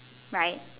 right